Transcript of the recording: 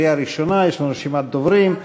קריאה ראשונה, יש לנו רשימת דוברים.